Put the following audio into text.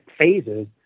phases